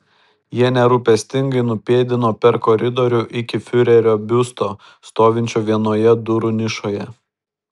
jie nerūpestingai nupėdino per koridorių iki fiurerio biusto stovinčio vienoje durų nišoje